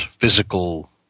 physical